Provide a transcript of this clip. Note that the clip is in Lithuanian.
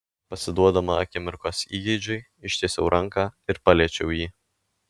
pasiduodama akimirkos įgeidžiui ištiesiau ranką ir paliečiau jį